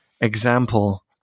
example